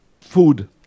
food